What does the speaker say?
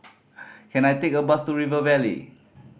can I take a bus to River Valley